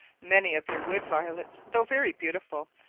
many of your wood-violets, though very beautiful,